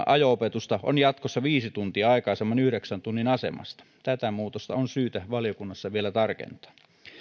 ajo opetusta on jatkossa viisi tuntia aikaisemman yhdeksän tunnin asemasta tätä muutosta on syytä valiokunnassa vielä tarkentaa